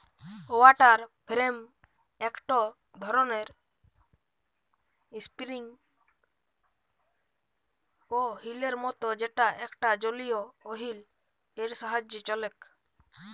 water frame একটো ধরণের spinning ওহীলের মত যেটা একটা জলীয় ওহীল এর সাহায্যে চলেক